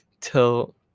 till